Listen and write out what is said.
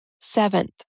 Seventh